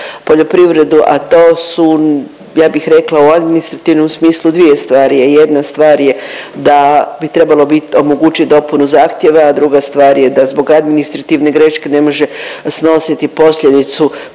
poljoprivredu, a to su ja bih rekla u administrativnom smislu dvije stvari, jedna stvar je da bi trebalo bit, omogućit dopunu zahtjeva, a druga stvar je da zbog administrativne greške ne može snositi posljedicu